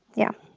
yeah.